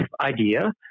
idea